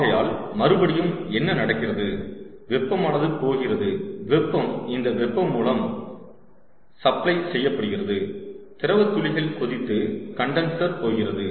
ஆகையால் மறுபடியும் என்ன நடக்கிறது வெப்பமானது போகிறது வெப்பம் இந்த வெப்பம் மூலம் மூலம் சப்ளை செய்யப்படுகிறது திரவ துளிகள் கொதித்து கண்டன்சர் போகிறது